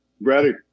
Ready